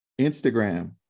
Instagram